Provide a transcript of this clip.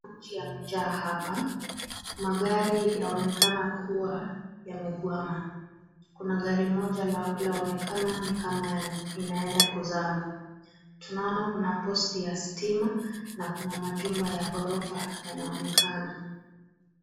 Maji yamejaa hapa, magari yaonekana kua yamekwama kuna gari moja laonekana ni kama inaenda kuzama, tunaona kuna (cs)post(cs) ya stima na kuna majumba ya ghorofa yanaonekana.